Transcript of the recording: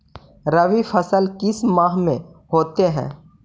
रवि फसल किस माह में होते हैं?